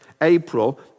April